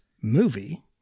movie